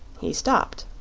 he stopped.